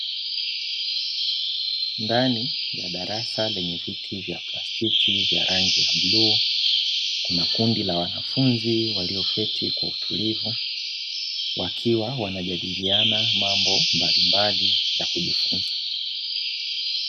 Ndani ya darasa lenye viti vya plastiki, vya rangi ya bluu kuna kundi la wanafunzi waliyoketi kwa utulivu, wakiwa wanajadiliana mambo mbalimbali ya kujifunza.